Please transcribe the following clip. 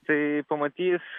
tai pamatys